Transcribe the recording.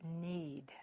Need